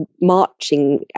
marching